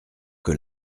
que